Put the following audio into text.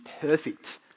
perfect